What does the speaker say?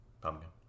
Pumpkin